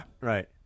Right